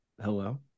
hello